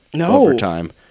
overtime